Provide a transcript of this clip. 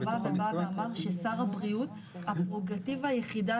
קבע ובא ואמר ששר הבריאות - הפררוגטיבה היחידה